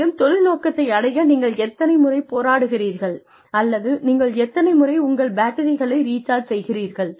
மேலும் தொழில் நோக்கத்தை அடைய நீங்கள் எத்தனை முறை போராடுகிறீர்கள் அல்லது நீங்கள் எத்தனை முறை உங்கள் பேட்டரிகளை ரீசார்ஜ் செய்கிறீர்கள்